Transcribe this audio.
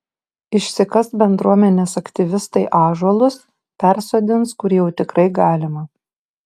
išsikas bendruomenės aktyvistai ąžuolus persodins kur jau tikrai galima